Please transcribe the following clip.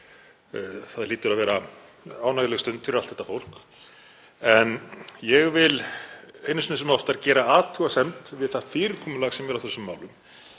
Það hlýtur að vera ánægjuleg stund fyrir allt þetta fólk. En ég vil enn einu sinni sem oftar gera athugasemd við það fyrirkomulag sem er á þessum málum.